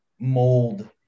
mold